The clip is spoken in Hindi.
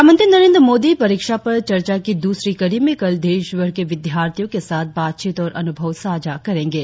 प्रधानमंत्री नरेंद्र मोदी परीक्षा पर चर्चा की द्रसरी कड़ी में कल देशभर के विद्यार्थियों के साथ बातचीत और अनुभव साझा करेंगे